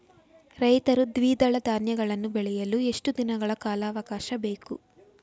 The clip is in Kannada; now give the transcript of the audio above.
ರೈತರು ದ್ವಿದಳ ಧಾನ್ಯಗಳನ್ನು ಬೆಳೆಯಲು ಎಷ್ಟು ದಿನಗಳ ಕಾಲಾವಾಕಾಶ ಬೇಕು?